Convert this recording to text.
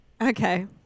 Okay